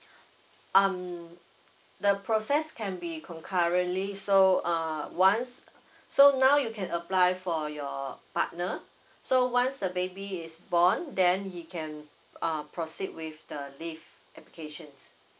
um the process can be concurrently so uh once so now you can apply for your partner so once the baby is born then he can uh proceed with the leave applications